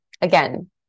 Again